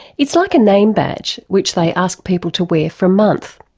it's like a name badge which they ask people to wear for a month.